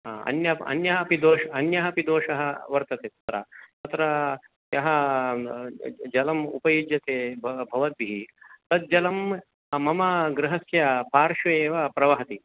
हा अन्य अन्यः अपि दोष् अन्यः अपि दोषः वर्तते तत्र तत्र यः जलम् उपयुज्यते भवती तज्जलं मम गृहस्य पार्श्वे एव प्रवहति